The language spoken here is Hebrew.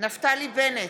נפתלי בנט,